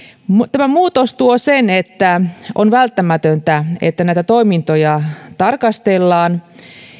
tämä muutos tuo sen että on välttämätöntä että näitä toimintoja tarkastellaan